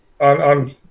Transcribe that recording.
on